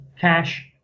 cash